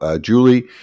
Julie